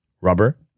Rubber